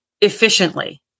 efficiently